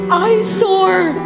eyesore